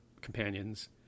companions